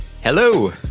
Hello